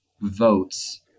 votes